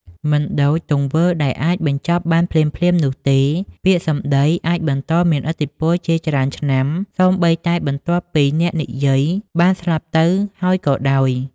មិនដូចទង្វើដែលអាចបញ្ចប់បានភ្លាមៗនោះទេ ពាក្យសម្ដីអាច បន្តមានឥទ្ធិពល ជាច្រើនឆ្នាំ សូម្បីតែបន្ទាប់ពីអ្នកនិយាយបានស្លាប់ទៅហើយក៏ដោយ។